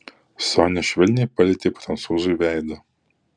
sonia švelniai palietė prancūzui veidą